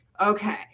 Okay